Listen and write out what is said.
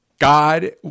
God